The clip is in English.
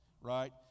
Right